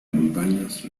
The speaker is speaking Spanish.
montañas